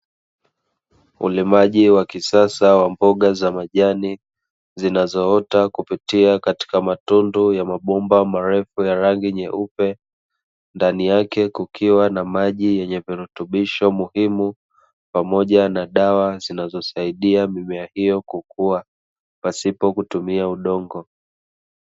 Ulimaji wa kisasa wa mboga za majani zinazoota kupitia katika matundu ya mabomba marefu ya rangi nyeupe ndani yake kukiwa na maji yenye virutubisho muhimu pamoja na dawa zinazosaidia mimea hiyo kukua pasipo kutumia udongo.